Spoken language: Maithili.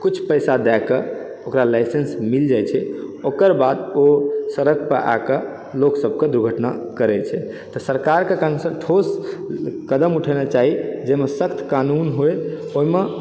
किछु पैसा दए कऽ ओकरा लाइसेन्स मिलि जाइ छै ओकर बाद ओ सड़कपर आबिकऽ लोक सभकेँ दुर्घटना करै छै तऽ सरकारके कम सँ कम ठोस कदम उठेनाइ चाही जाहिमे सख्त कानून होइ ओहिमे